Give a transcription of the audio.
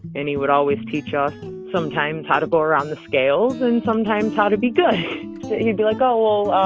and he would always teach us sometimes how to go around the scales and sometimes how to be good. so he'd be like, oh, well,